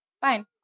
Fine